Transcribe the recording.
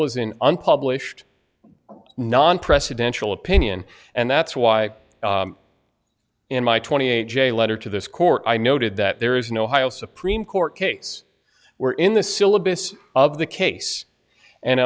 was in unpublished non presidential opinion and that's why in my twenty eight j letter to this court i noted that there is no high all supreme court case where in the syllabus of the case and